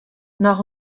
noch